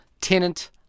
Tenant